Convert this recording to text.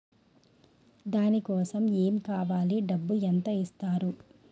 దాని కోసం ఎమ్ కావాలి డబ్బు ఎంత ఇస్తారు?